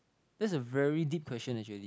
that's a very deep question actually